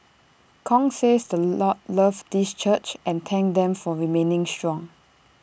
Kong says the Lord loves this church and thanked them for remaining strong